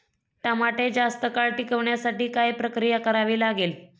टमाटे जास्त काळ टिकवण्यासाठी काय प्रक्रिया करावी लागेल?